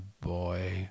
boy